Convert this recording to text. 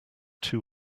two